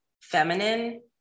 feminine